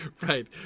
right